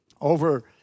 over